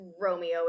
romeo